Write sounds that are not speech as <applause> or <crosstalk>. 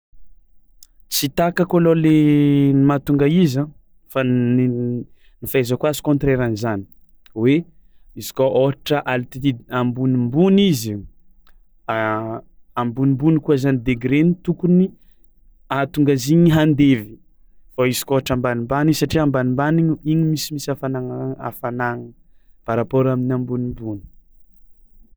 Tsy takako alôha le mahatonga izy fa ny ny fahaizako azy contraire an'zany hoe izy kôa ôhatra altitude ambonimbony izy, <hesitation> ambonimbony koa zany degreny tokony ahatonga izy igny handevy fao izy kôa ôhatra ambanimbany izy satria ambamnimbany igny igny misimisy hafanagna hafanagna par rapport amin'ny ambonimbony.